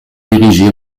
érigée